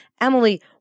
Emily